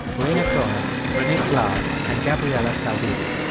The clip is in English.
rhaina cohen, renee klahr and gabriela saldivia.